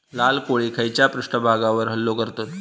लाल कोळी खैच्या पृष्ठभागावर हल्लो करतत?